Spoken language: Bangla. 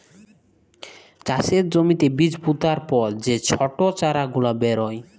চাষের জ্যমিতে বীজ পুতার পর যে ছট চারা গুলা বেরয়